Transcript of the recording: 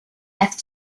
have